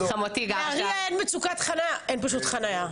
עדיף ללכת לקניון אחר.